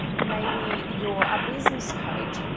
maybe you're a business coach,